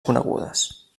conegudes